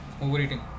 overeating